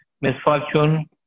misfortune